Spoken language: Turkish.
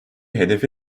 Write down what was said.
hedefi